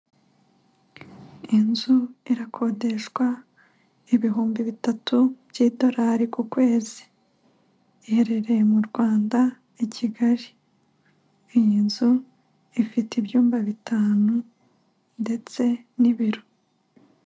Inzu irakodeshwa ibihumbi bitatu by'idolari ku kwezi. Iherereye mu Rwanda, i Kigali. Iyi nzu ifite ibyumba bitanu ndetse n'ibiro.